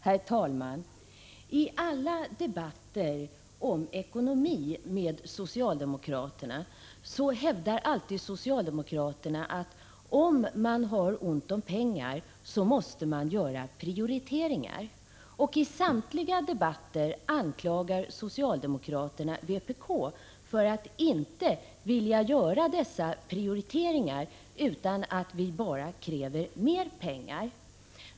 Herr talman! I alla debatter om ekonomi med socialdemokraterna hävdar 24 april 1986 dessa att om man har ont om pengar måste man göra prioriteringar. I samtliga debatter anklagar socialdemokraterna också vpk för att inte vilja göra dessa prioriteringar och menar att vi i stället bara kräver mer pengar.